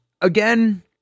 again